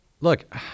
look